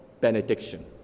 Benediction